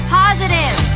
positive